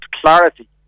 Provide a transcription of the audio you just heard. clarity